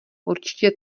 určitě